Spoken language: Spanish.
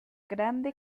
grande